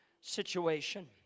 situation